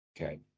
okay